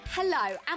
Hello